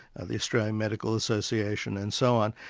ah the australian medical association and so on,